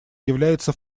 является